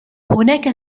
هناك